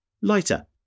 lighter